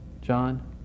John